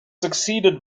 succeeded